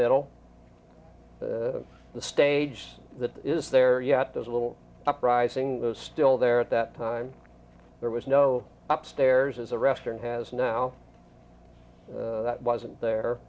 middle of the stage that is there yet there's a little uprising those still there at that time there was no upstairs as a restaurant has now that wasn't there